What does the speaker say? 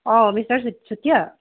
অ mister Chutia